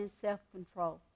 self-control